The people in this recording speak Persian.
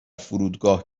فرودگاه